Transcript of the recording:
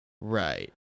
Right